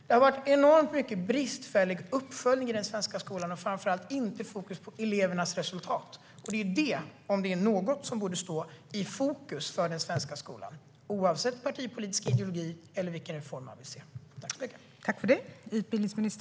Det har varit en enormt bristfällig uppföljning i den svenska skolan, och framför allt har inte fokus varit på elevernas resultat. Och det är något som borde stå i fokus för den svenska skolan, oavsett partipolitisk ideologi eller vilka reformer man vill se.